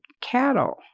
cattle